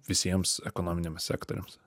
visiems ekonominiams sektoriams